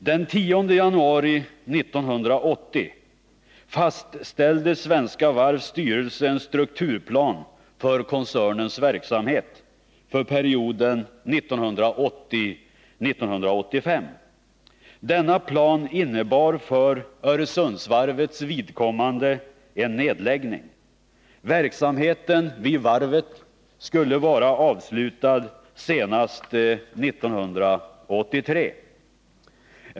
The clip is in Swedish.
Den 10 januari 1980 fastställde Svenska Varvs styrelse en strukturplan för koncernens verksamhet för perioden 1980-1985. Denna plan innebar för Öresundsvarvets vidkommande en nedläggning. Verksamheten vid varvet skulle vara avslutad senast 1983.